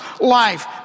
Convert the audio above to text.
life